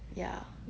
ya